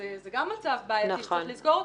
זה גם מצב בעייתי שצריך לזכור אותו.